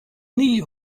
nie